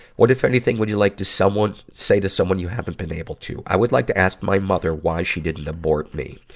what, if anything, would you like to say to someone you haven't been able to? i would like to ask my mother why she didn't abort me.